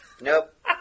Nope